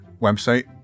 website